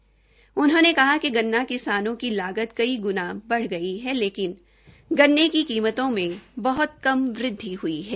कुमारी शैलजा ने कहा कि गन्ना किसानों की लागत कई ग्णा बढ़ गई है लेकिन गन्ने की कीमतों में बह्त कम वृद्धि हुई है